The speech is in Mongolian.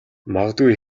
магадгүй